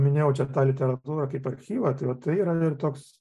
minėjau čia tą literatūrą kaip archyvą vat tai yra toks